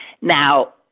Now